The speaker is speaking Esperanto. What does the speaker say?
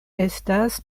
estas